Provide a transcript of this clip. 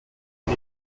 dem